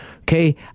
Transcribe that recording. Okay